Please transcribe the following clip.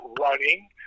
running